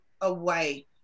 away